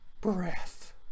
breath